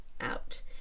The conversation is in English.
out